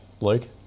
luke